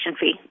fee